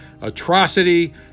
atrocity